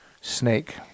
snake